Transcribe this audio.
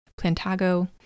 Plantago